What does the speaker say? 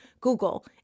Google